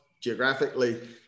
geographically